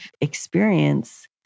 experience